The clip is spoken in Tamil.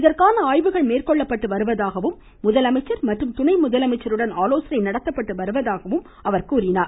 இதற்கான ஆய்வுகள் மேற்கொள்ளப்பட்டு வருவதாகவும் முதலமைச்சர் மற்றும் துணை முதலமைச்சருடன் ஆலோசனை நடத்தப்பட்டு வருவதாகவும் கூறினார்